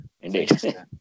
Indeed